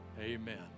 amen